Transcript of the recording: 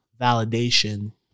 validation